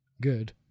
Good